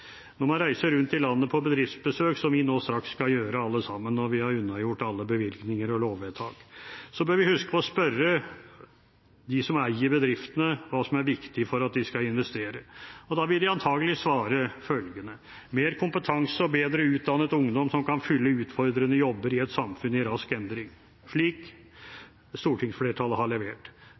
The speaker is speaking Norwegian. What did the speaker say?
Når man reiser rundt i landet på bedriftsbesøk, som vi nå snart skal gjøre alle sammen når vi har unnagjort alle bevilgninger og lovvedtak, bør vi huske på å spørre dem som eier bedriftene, hva som er viktig for at de skal investere. Da vil de antagelig svare følgende: mer kompetanse og bedre utdannet ungdom, som kan fylle utfordrende jobber i et samfunn i rask endring – slik stortingsflertallet har levert.